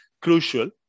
crucial